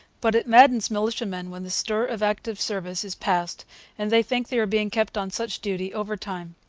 but it maddens militiamen when the stir of active service is past and they think they are being kept on such duty overtime.